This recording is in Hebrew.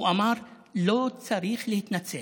הוא אמר: לא צריך להתנצל.